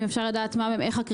אם אפשר לדעת מה הקריטריון.